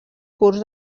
curs